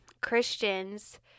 Christians